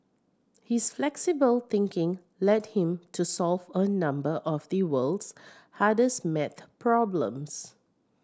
his flexible thinking led him to solve a number of the world's hardest maths problems